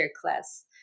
class